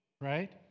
right